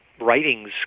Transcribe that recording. writings